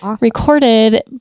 recorded